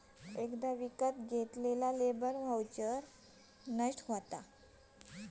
एकदा विकत घेतल्यार लेबर वाउचर नष्ट होता